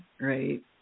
right